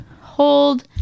hold